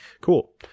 cool